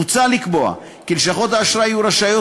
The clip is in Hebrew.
מוצע לקבוע כי לשכות האשראי יהיו רשאיות